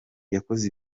yakoze